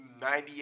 98